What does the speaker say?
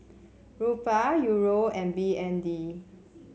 Rupiah Euro and B N D